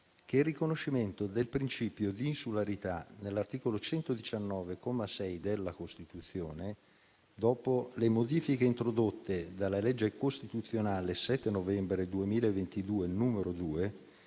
che il riconoscimento del principio di insularità di cui all'articolo 119, comma 6, della Costituzione, dopo le modifiche introdotte dalla legge costituzionale 7 novembre 2022, n. 2,